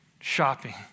shopping